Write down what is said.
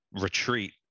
retreat